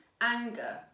anger